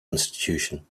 institution